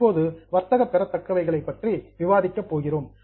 இப்போது வர்த்தக பெறத்தக்கவைகள் பற்றி விவாதிக்கப் போகிறோம்